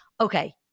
okay